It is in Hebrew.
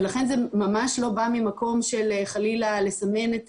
ולכן זה ממש לא בא ממקום של חלילה לסמן את